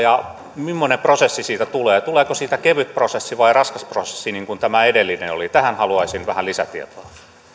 ja mimmoinen prosessi siitä tulee tuleeko siitä kevyt prosessi vai raskas prosessi niin kuin tämä edellinen oli tähän haluaisin vähän lisätietoa